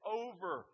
over